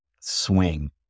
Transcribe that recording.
swing